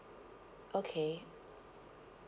okay